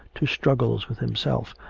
to struggles with himself,